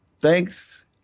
thanks